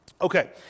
Okay